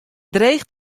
dreech